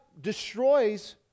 destroys